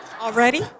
Already